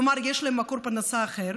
כלומר יש להם מקור פרנסה אחר,